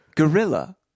Gorilla